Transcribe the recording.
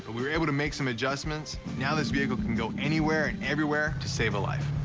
we were able to make some adjustments. now this vehicle can go anywhere and everywhere to save a life.